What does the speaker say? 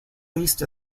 least